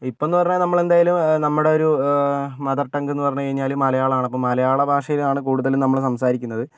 ഇപ്പോൾ എന്ന് പറഞ്ഞാൽ നമ്മൾ എന്തായാലും നമ്മുടെ ഒരു മദർ ടങ്ക് എന്ന് പറഞ്ഞുകഴിഞ്ഞാൽ മലയാളാണപ്പം മലയാള ഭാഷയാണ് കൂടുതലും നമ്മൾ സംസാരിക്കുന്നത്